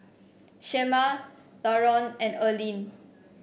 Shemar Laron and Erlene